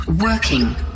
Working